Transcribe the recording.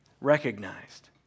recognized